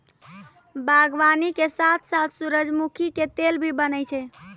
बागवानी के साथॅ साथॅ सूरजमुखी के तेल भी बनै छै